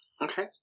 Okay